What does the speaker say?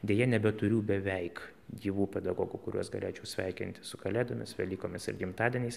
deja nebeturiu beveik gyvų pedagogų kuriuos galėčiau sveikinti su kalėdomis velykomis ir gimtadieniais